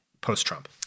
post-Trump